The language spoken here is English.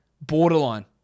borderline